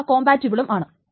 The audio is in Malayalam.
അവ കോംപാറ്റിബിളും ആണ്